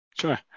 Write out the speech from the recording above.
Sure